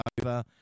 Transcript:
over